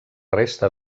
resta